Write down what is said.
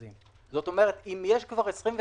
זאת אומרת, אם יש כבר 25%,